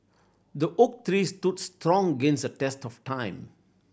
the oak tree stood strong against the test of time